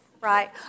right